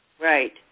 Right